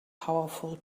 powerful